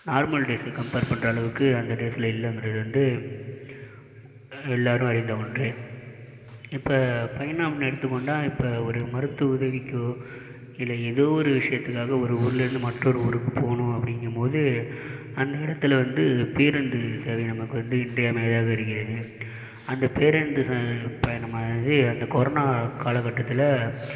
normal days compare பண்ணுற அளவுக்கு அந்த டேஸில் இல்லைங்குறது வந்து எல்லோரும் அறிந்தவொன்று இப்போ பயணம்னு எடுத்துக்கொண்டால் இப்போ ஒரு மருத்துவ உதவிக்கோ இல்லை ஏதோ ஒரு விஷயத்துக்காக ஒரு ஊரில் இருந்து மற்றவொரு ஊருக்கு போகணும் அப்படிங்கபோது அந்த இடத்துல வந்து பேருந்து சேவை நமக்கு வந்து இன்றியமையாததா இருக்கிறது அந்த பேருந்து பயணமானது அந்த கொரோனா காலக்கட்டத்தில்